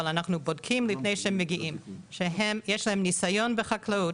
אבל לפני שהם מגיעים אנחנו בודקים שיש להם ניסיון בחקלאות,